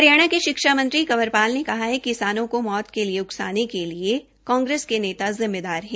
हरियाणा के शिक्षा मंत्री कंवरपाल ने कहा कि किसानों को मौत के लिए उकसाने के लिए कांग्रेस के नेता जिम्मेदार हैं